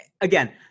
again